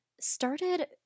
started